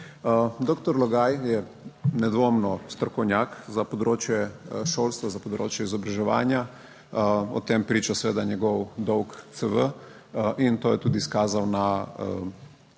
Dr. Logaj je nedvomno strokovnjak za področje šolstva, za področje izobraževanja. O tem priča seveda njegov dolg CV in to je tudi izkazal na četrtkovi